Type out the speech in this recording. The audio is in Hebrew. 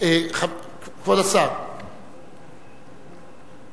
השר מתן וילנאי.